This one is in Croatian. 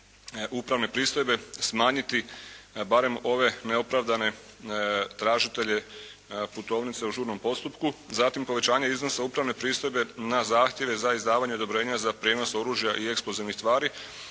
upravne pristojbe smanjiti barem ove neopravdane tražitelje putovnica u žurnom postupku. Zatim povećanja iznosa upravne pristojbe na zahtjeve za izdavanje odobrenja za prijenos oružja i eksplozivnih tvari,